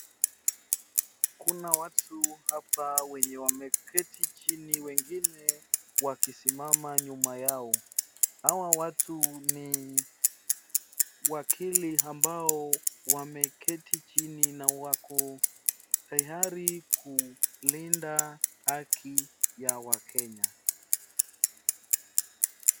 Kuna watu hapa wenye wameketi chini, wengine wakisimama nyuma yao. Hawa watu ni wakili ambao wameketi chini na wako tayari kulinda haki ya Wakenya.